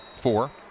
Four